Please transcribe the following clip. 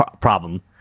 problem